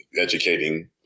educating